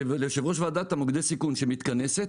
ליושב ראש ועדת מוקדי סיכון שמתכנסת,